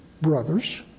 brothers